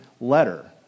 letter